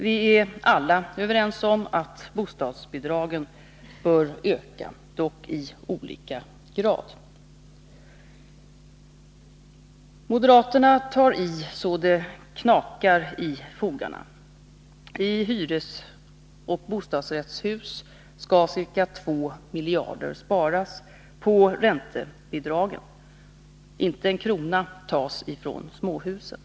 Vi är alla överens om att bostadsbidragen bör öka — dock i olika grad. Moderaterna tar i så det knakar i fogarna. I hyresoch bostadsrättshus skall ca 2 miljarder sparas på räntebidragen. Inte en krona tas från småhusen.